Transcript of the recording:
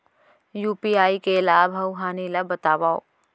UPI के लाभ अऊ हानि ला बतावव